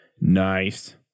Nice